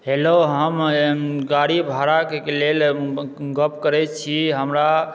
hello हम गाड़ी भाड़ाक के लेल गप करै छी